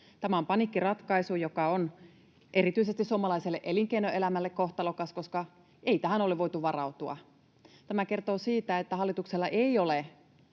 Tämä on paniikkiratkaisu, joka on erityisesti suomalaiselle elinkeinoelämälle kohtalokas, koska ei tähän ole voitu varautua. Tämä kertoo siitä, että hallituksella ei ole